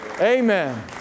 Amen